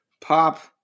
pop